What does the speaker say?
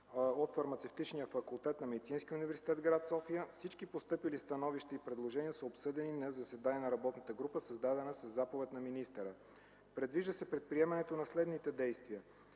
от Фармацевтичния факултет на Медицинския университет – гр. София. Всички постъпили становища и предложения са обсъдени на заседания на работната група, създадена със заповед на министъра. Предвижда се предприемането на следните действия: